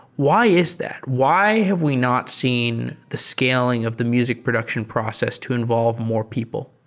why is that? why have we not seen the scaling of the music production process to involve more people?